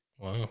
Wow